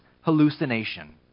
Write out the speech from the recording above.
hallucination